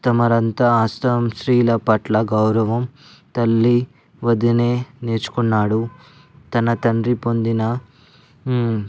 తమరు అంతా ఆశ్రమం స్త్రీల పట్ల గౌరవం తల్లి వదినే నేర్చుకున్నాడు తన తండ్రి పొందిన